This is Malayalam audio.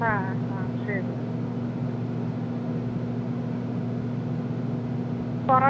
ആ ആ ആ ശരി ആ